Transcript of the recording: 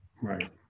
Right